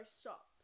stop